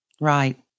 Right